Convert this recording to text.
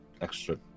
extra